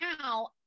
now